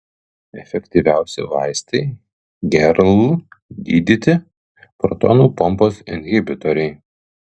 efektyviausi vaistai gerl gydyti protonų pompos inhibitoriai